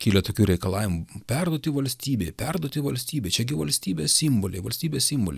kilę tokių reikalavimų perduoti valstybei perduoti valstybei čia gi valstybės simboliai valstybės simboliai